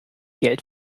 geld